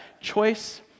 choice